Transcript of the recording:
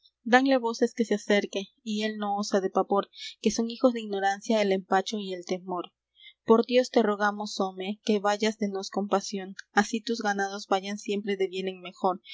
danle voces que se acerque y él no osa de pavor que son hijos de ignorancia el empacho y el temor por dios te rogamos home que hayas de nos compasión así tus ganados vayan siempre de bien en mejor